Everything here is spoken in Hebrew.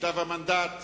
בכתב המנדט,